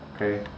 okay